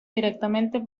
directamente